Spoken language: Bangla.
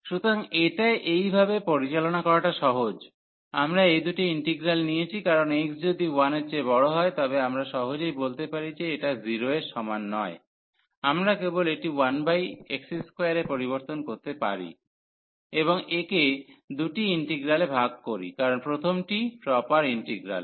সুতরাং এটা এইভাবে পরিচালনা করাটা সহজ হল আমরা এই দুটি ইন্টিগ্রাল নিয়েছি কারণ x যদি 1 এর চেয়ে বড় হয় তবে আমরা সহজেই বলতে পারি যে এটা 0 এর সমান নয় আমরা কেবল এটি 1x2 এ পরিবর্তন করতে পারি এবং একে দুটি ইন্টিগ্রালে ভাগ করি কারণ প্রথমটি প্রপার ইন্টিগ্রাল